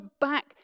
back